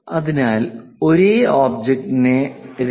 അതിനാൽ ഒരേ ഒബ്ജക്റ്റിനെ 2